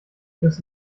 his